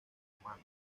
humanos